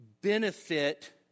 benefit